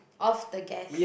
off the gas